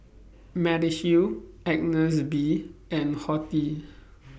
Mediheal Agnes B and Horti